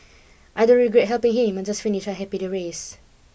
I don't regret helping him I'm just finished I happy the race